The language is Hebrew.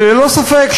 וללא ספק,